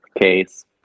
case